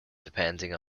depending